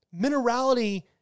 Minerality